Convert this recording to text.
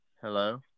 Hello